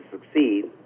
succeed